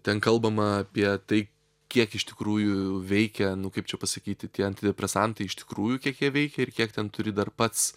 ten kalbama apie tai kiek iš tikrųjų veikia nu kaip čia pasakyti tie antidepresantai iš tikrųjų kiek jie veikia ir kiek ten turi dar pats